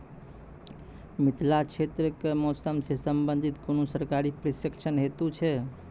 मिथिला क्षेत्रक कि मौसम से संबंधित कुनू सरकारी प्रशिक्षण हेतु छै?